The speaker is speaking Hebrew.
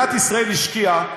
מדינת ישראל השקיעה,